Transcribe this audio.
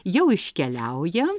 jau iškeliauja